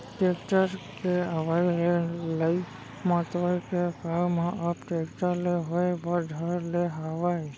tractor के अवई ले लई मतोय के काम ह अब टेक्टर ले होय बर धर ले हावय